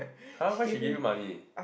!huh! why she give you money